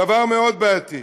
דבר מאוד בעייתי.